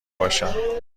باشد